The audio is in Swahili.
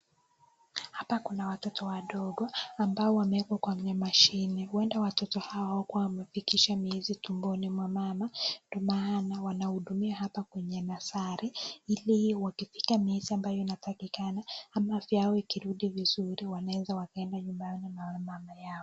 Hapa kuna watoto wadogo ambao wamewekwa kwenye mashini huenda watotot hawa hawakuwa wamefikisha miezi tumboni mwa mama ndio maana wanahudumia hapa kwenye nasari ili wakipita miezi ambayo yenye inatakikana ama afya yao ikirudi vizuri wanaweza wakaenda nyumbani mwa mama yao.